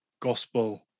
gospel